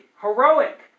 heroic